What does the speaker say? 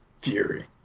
Fury